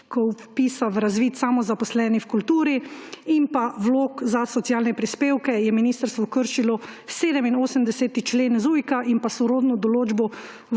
vpisa v razvid samozaposlenih v kulturi in vlog za socialne prispevke je ministrstvo kršili 87. člen ZUIK in pa sorodno določbo